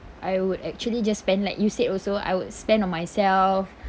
I would actually just spend like you said also I would spend on myself